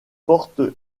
portes